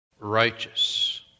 Righteous